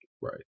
Right